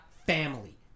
family